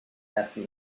asked